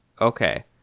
Okay